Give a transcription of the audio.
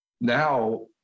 now